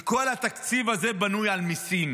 כי כל התקציב הזה בנוי על מיסים.